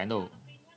ya I know